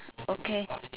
okay